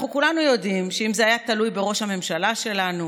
אנחנו כולנו יודעים שאם זה היה תלוי בראש הממשלה שלנו,